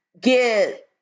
get